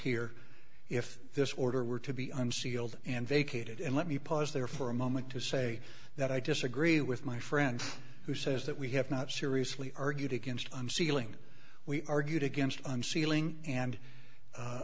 here if this order were to be unsealed and vacated and let me pause there for a moment to say that i disagree with my friend who says that we have not seriously argued against him ceiling we argued against unsealing and